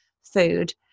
food